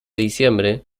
diciembre